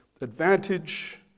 advantage